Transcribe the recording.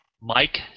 Mike